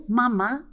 mama